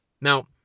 Now